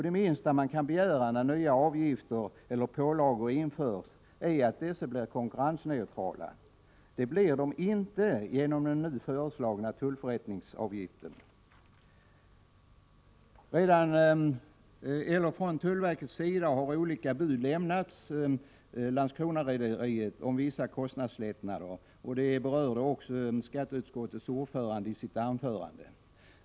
Det minsta man kan begära när nya avgifter eller pålagor införs är att dessa blir konkurrensneutrala. Det blir de inte genom de nu föreslagna tullförrättningsavgifterna. 145 Från tullverkets sida har olika bud lämnats Landskronarederiet om vissa kostnadslättnader; det berörde också skatteutskottets ordförande i sitt anförande.